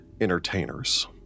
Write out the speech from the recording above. entertainers